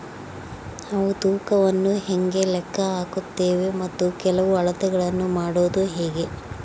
ನಾವು ತೂಕವನ್ನು ಹೇಗೆ ಲೆಕ್ಕ ಹಾಕುತ್ತೇವೆ ಮತ್ತು ಕೆಲವು ಅಳತೆಗಳನ್ನು ಮಾಡುವುದು ಹೇಗೆ?